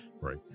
Right